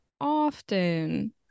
often